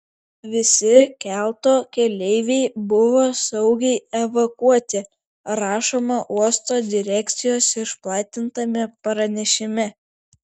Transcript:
visi kelto keleiviai buvo saugiai evakuoti rašoma uosto direkcijos išplatintame pranešime